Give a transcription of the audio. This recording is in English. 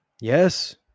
Yes